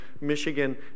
Michigan